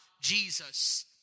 Jesus